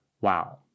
wow